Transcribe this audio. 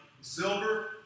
silver